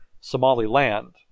Somaliland